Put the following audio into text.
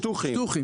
שטוחים,